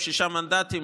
עם שישה מנדטים,